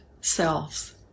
selves